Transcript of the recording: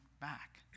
back